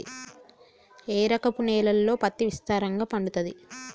ఏ రకపు నేలల్లో పత్తి విస్తారంగా పండుతది?